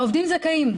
העובדים זכאים.